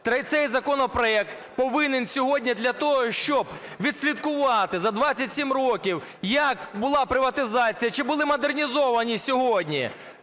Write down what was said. Цей законопроект повинен сьогодні для того, щоб відслідкувати за 27 років, як була приватизація, чи були модернізовані сьогодні